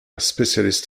specialist